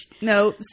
No